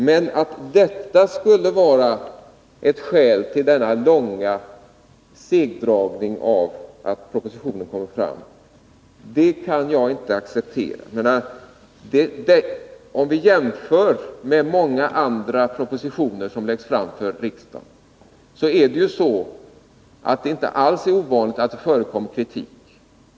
Men att detta skulle vara ett skäl till denna långa segdragning när det gäller att få fram propositionen kan jag inte acceptera. Om vi jämför med många andra propositioner som läggs fram för riksdagen, kan vi konstatera att det inte alls är ovanligt att det förekommer kritik.